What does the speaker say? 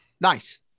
nice